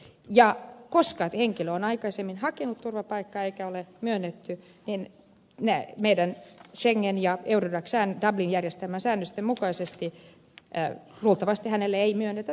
ja koska henkilö on aikaisemmin hakenut turvapaikkaa eikä sitä ole myönnetty niin schengen ja eurodac järjestelmän dublin säännösten mukaisesti luultavasti hänelle ei myönnetä meillä turvapaikkaa